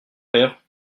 père